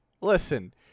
listen